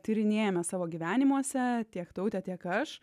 tyrinėjame savo gyvenimuose tiek tautė tiek aš